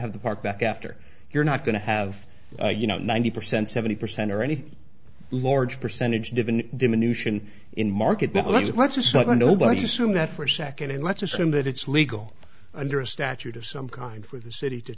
have the park back after you're not going to have you know ninety percent seventy percent or any large percentage given diminution in market but let's just start the nobody assume that for a second and let's assume that it's legal under a statute of some kind for the city to